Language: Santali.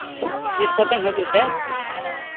ᱛᱤᱥ ᱠᱚᱛᱮᱢ ᱦᱤᱡᱩᱜ ᱛᱮ